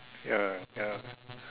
ya ya